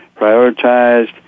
prioritized